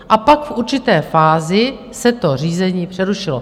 A pak v určité fázi se to řízení přerušilo.